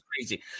crazy